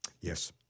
Yes